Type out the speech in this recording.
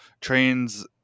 trains